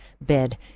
bed